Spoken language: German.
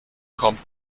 kommt